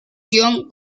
john